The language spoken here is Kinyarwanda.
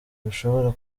bishobora